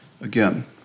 again